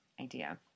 idea